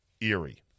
eerie